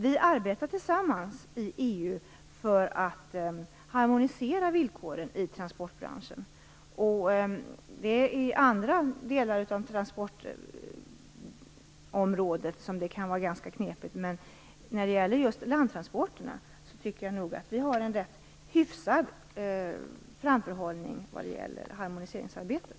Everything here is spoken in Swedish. Vi arbetar tillsammans i EU för att harmonisera villkoren i transportbranschen. Andra delar av transportområdet kan vara ganska knepiga, men när det gäller just landtransporterna tycker jag nog att vi har en rätt hyfsad framförhållning vad gäller harmoniseringsarbetet.